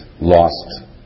lost